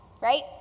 right